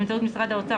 באמצעות משרד האוצר,